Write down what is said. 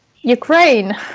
Ukraine